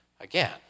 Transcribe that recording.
again